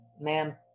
ma'am